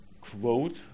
quote